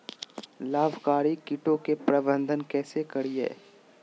लाभकारी कीटों के प्रबंधन कैसे करीये?